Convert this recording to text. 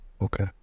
Okay